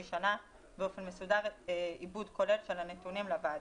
שנה באופן מסודר עיבוד כולל של הנתונים לוועדה.